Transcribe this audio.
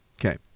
Okay